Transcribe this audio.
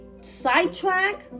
sidetrack